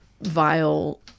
vile